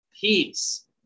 peace